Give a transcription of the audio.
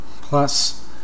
Plus